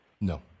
No